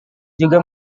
juga